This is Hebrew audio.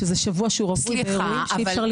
שזה שבוע שהוא רווי באירועים שאי אפשר להתארגן בו.